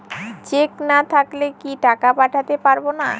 Check না থাকলে কি টাকা পাঠাতে পারবো না?